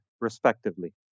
respectively